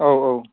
औ औ